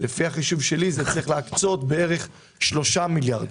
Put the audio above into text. נראה שצריך להקצות להם בערך שלושה מיליארד.